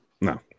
No